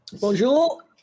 Bonjour